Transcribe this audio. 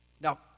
Now